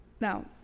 Now